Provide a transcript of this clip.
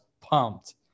pumped